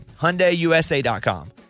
HyundaiUSA.com